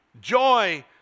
joy